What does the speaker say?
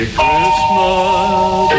Christmas